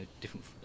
different